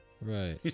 right